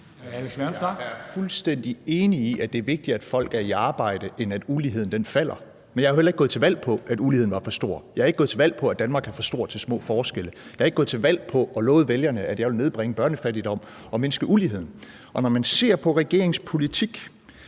Jeg er fuldstændig enig i, at det er vigtigere, at folk er i arbejde, end at uligheden falder, men jeg er jo heller ikke gået til valg på, at uligheden var for stor. Jeg er ikke gået til valg på, at Danmark er for stor til små forskelle. Jeg er ikke gået til valg på og har ikke lovet vælgerne, at jeg vil nedbringe børnefattigdom og mindske uligheden. Og når man ser på regeringens politik